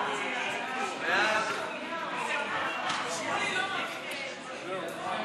והאפוטרופסות (תיקון מס' 19) (שינוי חזקת גיל הרך),